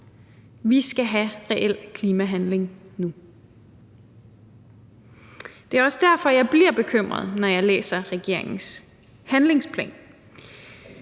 Vi skal have reel klimahandling nu. Det er også derfor, jeg bliver bekymret, når jeg læser regeringens handlingsplan.